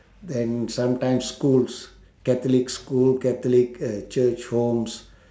then sometime schools catholic schools catholic uh church homes